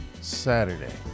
Saturday